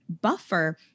buffer